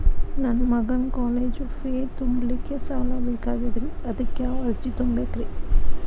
ನನ್ನ ಮಗನ college fee ತುಂಬಲಿಕ್ಕೆ ಸಾಲ ಬೇಕಾಗೆದ್ರಿ ಅದಕ್ಯಾವ ಅರ್ಜಿ ತುಂಬೇಕ್ರಿ?